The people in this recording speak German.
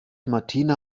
martina